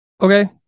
Okay